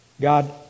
God